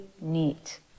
neat